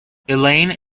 elaine